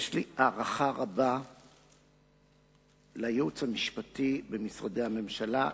יש לי הערכה רבה לייעוץ המשפטי במשרדי הממשלה,